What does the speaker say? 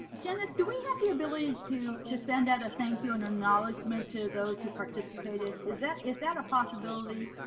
jenith, do we have the ability to to send out a thank you and acknowledgement to those who participated? is that is that a possibility?